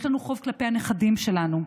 יש לנו חוב כלפי הנכדים שלנו.